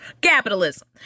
Capitalism